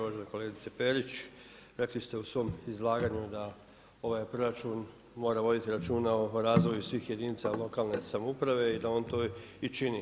Uvažena kolegice Perić, rekli ste u svom izlaganju da proračun mora voditi računa o razvoju svih jedinica lokalne samouprave i da on to i čini.